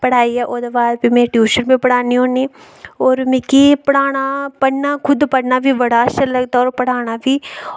पढ़ाइयै ओह्दे बाद फ्ही में टयूशन बी पढ़ान्नी होन्नी और मिकी पढ़ाना पढ़ना खुद पढ़ना बी बड़ा अच्छा लगदा और पढ़ाना बी